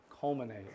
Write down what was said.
culminate